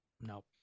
Nope